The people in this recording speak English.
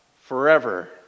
forever